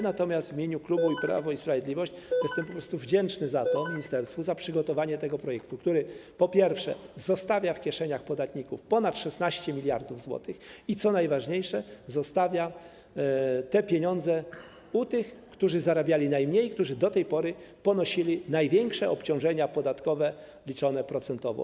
Natomiast w imieniu klubu Prawo i Sprawiedliwość chcę powiedzieć, że jestem po prostu wdzięczny ministerstwu za przygotowanie tego projektu, który zostawia w kieszeniach podatników ponad 16 mld zł i, co najważniejsze, zostawia te pieniądze u tych, którzy zarabiali najmniej, którzy do tej pory ponosili największe obciążenia podatkowe liczone procentowo.